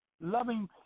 loving